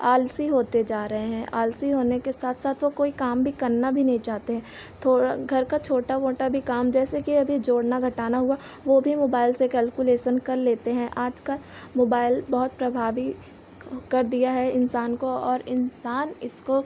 आलसी होते जा रहे हैं आलसी होने के साथ साथ वे कोई काम भी करना भी नहीं चाहते हैं थोड़ा घर का छोटा मोटा भी काम जैसे कि अब यह जोड़ना घटाना हुआ वह भी मोबाइल से कैलकुलेसन कर लेते हैं आज कल मोबाइल बहुत प्रभावी कर दिया है इन्सान को और इन्सान इसको